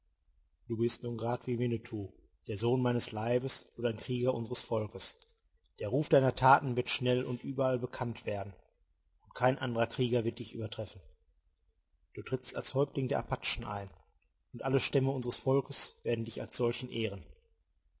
du bist nun grad wie winnetou der sohn meines leibes und ein krieger unseres volkes der ruf deiner taten wird schnell und überall bekannt werden und kein anderer krieger wird dich übertreffen du trittst als häuptling der apachen ein und alle stämme unseres volkes werden dich als solchen ehren